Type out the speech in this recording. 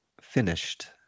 finished